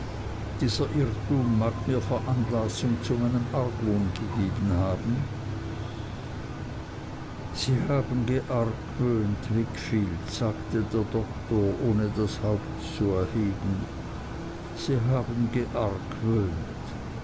dieser irrtum mag mir veranlassung zu meinem argwohn gegeben haben sie haben geargwöhnt wickfield sagte der doktor ohne das haupt zu erheben sie haben